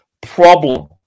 problem